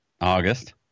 August